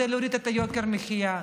כדי להוריד את יוקר המחיה,